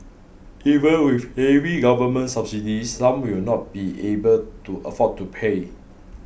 even with heavy government subsidies some will not be able to afford to pay